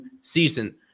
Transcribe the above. season